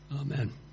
Amen